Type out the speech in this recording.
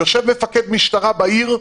יושב מפקד משטרה בעיר,